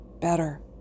better